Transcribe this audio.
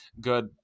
good